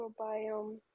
microbiome